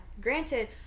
Granted